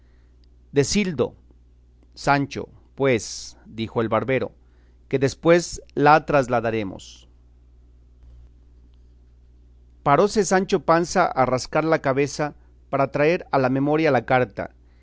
quisiesen decildo sancho pues dijo el barbero que después la trasladaremos paróse sancho panza a rascar la cabeza para traer a la memoria la carta